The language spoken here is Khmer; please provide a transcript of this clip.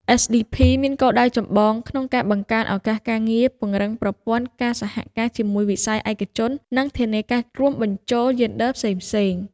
SDP មានគោលដៅចម្បងក្នុងការ បង្កើនឱកាសការងារ ពង្រឹងប្រព័ន្ធ ការសហការជាមួយវិស័យឯកជន និងធានាការរួមបញ្ចូលយេនឌ័រផ្សេងៗ។